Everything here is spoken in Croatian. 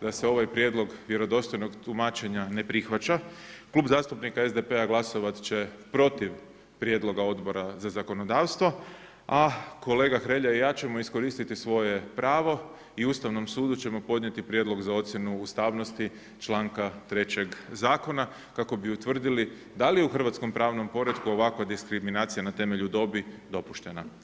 da se ovaj Prijedlog vjerodostojnog tumačenja ne prihvaća, Klub zastupnika SDP-a glasovati će protiv Prijedloga Odbora za zakonodavstvo, a kolega Hrelja i ja ćemo iskoristiti svoje pravo i Ustavnom sudu ćemo podnijeti prijedlog za ocjenu ustavnosti čl. 3. Zakona kako bi utvrdili da li je u hrvatskom pravnom poretku ovakva diskriminacija na temelju dobi dopuštena.